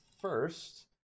first